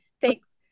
thanks